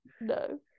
No